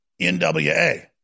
NWA